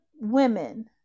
women